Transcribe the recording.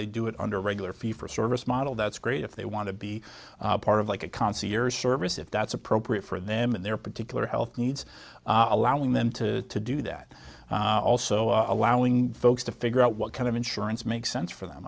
they do it under regular fee for service model that's great if they want to be part of like a concierge service if that's appropriate for them and their particular health needs allowing them to do that also allowing folks to figure out what kind of insurance makes sense for them